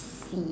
see